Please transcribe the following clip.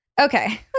Okay